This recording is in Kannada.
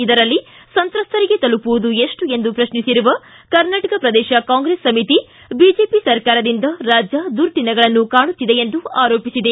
ಇದರಲ್ಲಿ ಸಂತ್ರಸ್ತರಿಗೆ ತಲುವುದು ಎಷ್ಟು ಎಂದು ಪ್ರಕ್ನಿಸಿರುವ ಕರ್ನಾಟಕ ಪ್ರದೇಶ ಕಾಂಗ್ರೆಸ್ ಸಮಿತಿ ಬಿಜೆಪಿ ಸರ್ಕಾರದಿಂದ ರಾಜ್ಯ ದುರ್ದಿನಗಳನ್ನು ಕಾಣುತ್ತಿದೆ ಆರೋಪಿಸಿದೆ